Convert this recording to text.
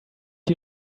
you